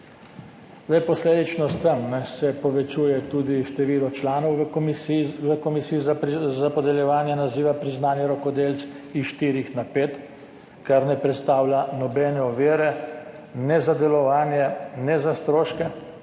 posledično s tem, se povečuje tudi število članov v komisiji za podeljevanje naziva priznanje rokodelec iz 4 na 5, kar ne predstavlja nobene ovire ne za delovanje, ne za stroške,